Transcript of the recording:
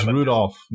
Rudolph